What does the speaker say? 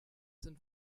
sind